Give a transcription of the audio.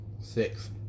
six